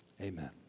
Amen